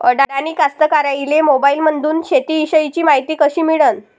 अडानी कास्तकाराइले मोबाईलमंदून शेती इषयीची मायती कशी मिळन?